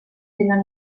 tenen